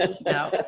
Now